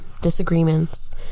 disagreements